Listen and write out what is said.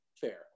Fair